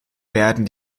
werden